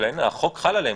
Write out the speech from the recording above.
אבל החוק חל עליהם.